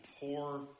poor